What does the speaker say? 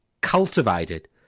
cultivated